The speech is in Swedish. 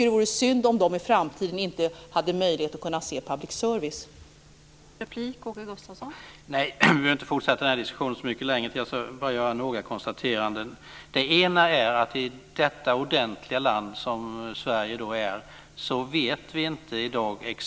Det vore synd om de i framtiden inte hade möjlighet att kunna se public service-TV.